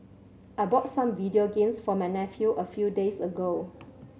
I bought some video games for my nephew a few days ago